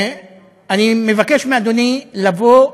אני מבקש מאדוני לבוא,